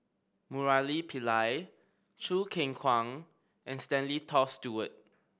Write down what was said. Murali Pillai Choo Keng Kwang and Stanley Toft Stewart